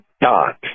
Dot